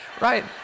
right